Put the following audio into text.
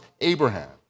Abraham